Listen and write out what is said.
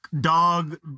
dog